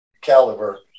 caliber